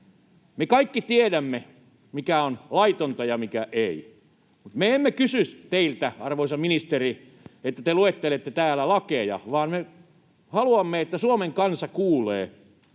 me kaikki tiedämme, mikä on laitonta ja mikä ei, mutta me emme kysy teiltä, arvoisa ministeri, että te luettelette täällä lakeja, vaan me haluamme, että Suomen kansa kuulee,